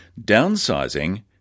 downsizing